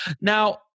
Now